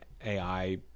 ai